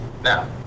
Now